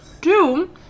Two